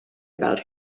about